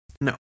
no